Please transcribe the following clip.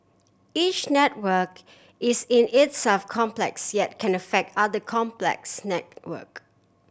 each network is in itself complex yet can affect other complex network